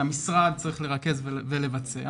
שהמשרד צריך לרכז ולבצע